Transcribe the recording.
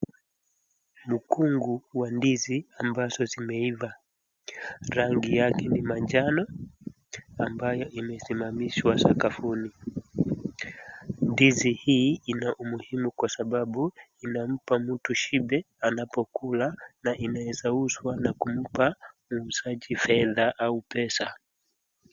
Mkungu wa ndizi ambazo zimeiva, rangi yake ni majano ambayo imesimamishwa sakafuni. Ndizi hii ina umuhimu kwa sababu inampa mtu shibe anapokula na inaeza uzwa na kumpa muuzaji fedha au pesa.